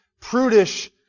prudish